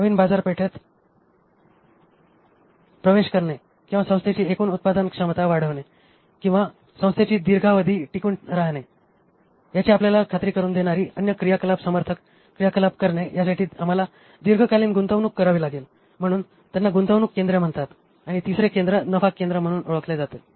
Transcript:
नवीन बाजारपेठेत प्रवेश करणे किंवा संस्थेची एकूण उत्पादन क्षमता वाढविणे किंवा संस्थेची दीर्घावधी टिकून राहणे याची आपल्याला खात्री करुन देणारी अन्य क्रियाकलाप समर्थक क्रियाकलाप करणे यासाठी आम्हाला दीर्घकालीन गुंतवणूक करावी लागेल म्हणून त्यांना गुंतवणूक केंद्रे म्हणतात आणि तिसरे केंद्र नफा केंद्र म्हणून ओळखले जातात